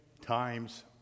times